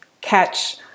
catch